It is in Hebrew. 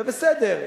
זה בסדר.